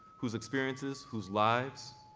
whose experiences, whose lives,